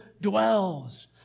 dwells